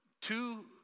two